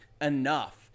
enough